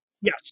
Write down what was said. yes